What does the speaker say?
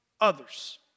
others